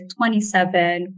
27